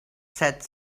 said